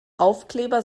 aufkleber